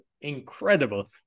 incredible